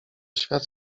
świat